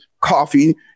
coffee